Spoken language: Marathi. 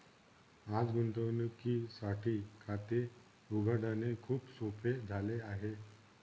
आज गुंतवणुकीसाठी खाते उघडणे खूप सोपे झाले आहे